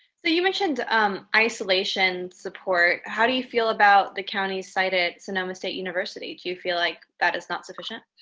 so you mentioned isolation support. how do you feel about the county site at sonoma state university? do you feel like that is not sufficient?